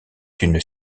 d’une